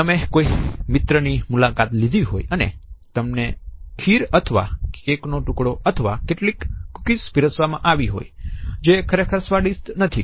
તમે કોઈ મિત્રની મુલાકાત લીધી હોય અને તમને ખીર અથવા કેક નો ટુકડો અથવા કેટલીક કૂકીઝ પીરસવામાં આવી હોય જે ખરેખર સ્વાદિષ્ટ નથી